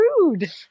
rude